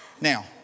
Now